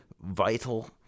vital